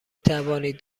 توانید